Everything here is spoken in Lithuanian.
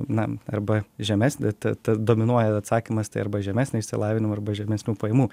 na arba žemesn ta ta dominuoja atsakymas tai arba žemesio išsilavinimo arba žemesnių pajamų